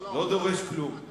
לא דורש כלום.